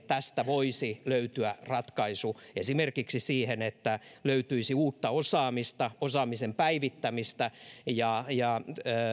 tästä voisi usein löytyä ratkaisu esimerkiksi siihen että löytyisi uutta osaamista osaamisen päivittämistä